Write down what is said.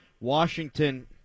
washington